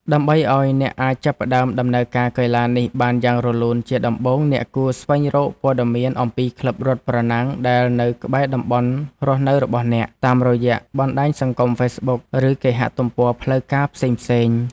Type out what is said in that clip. ដើម្បីឱ្យអ្នកអាចចាប់ផ្ដើមដំណើរការកីឡានេះបានយ៉ាងរលូនជាដំបូង អ្នកគួរស្វែងរកព័ត៌មានអំពីក្លឹបរត់ប្រណាំងដែលនៅក្បែរតំបន់រស់នៅរបស់អ្នក តាមរយៈបណ្ដាញសង្គមហ្វេសប៊ុក ឬគេហទំព័រផ្លូវការផ្សេងៗ។